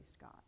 God